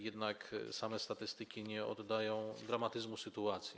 Jednak same statystyki nie oddają dramatyzmu sytuacji.